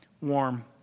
warm